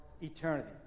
eternity